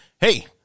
hey